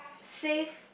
save